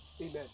Amen